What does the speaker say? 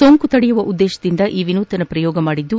ಸೋಂಕು ತಡೆಯುವ ಉದ್ದೇತದಿಂದ ಈ ವಿನೂತನ ಪ್ರಯೋಗ ಮಾಡಿದ್ದು